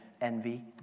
envy